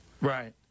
right